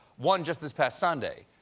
one just this past sunday.